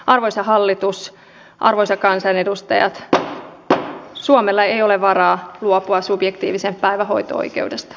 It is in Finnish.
arvoisa hallitus arvoisat kansanedustajat suomella ei ole varaa luopua subjektiivisesta päivähoito oikeudesta